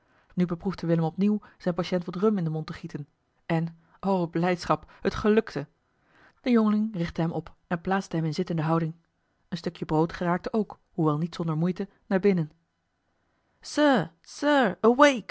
nu beproefde willem opnieuw zijn patient wat rum in den mond te gieten en o blijdschap het geeli heimans willem roda lukte de jongeling richtte hem op en plaatste hem in zittende houding een stukje brood geraakte ook hoewel niet zonder moeite naar binnen